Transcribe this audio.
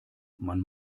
man